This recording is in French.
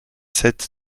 sept